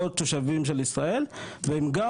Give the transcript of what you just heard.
או תושבים של ישראל והם גם